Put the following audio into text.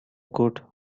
could